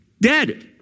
dead